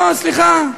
לא, סליחה.